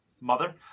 mother